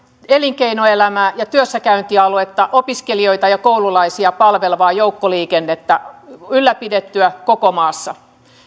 elinkeinoelämää ja työssäkäyntialuetta opiskelijoita ja koululaisia palvelevaa joukkoliikennettä ylläpidettyä koko maassa